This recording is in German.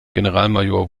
generalmajor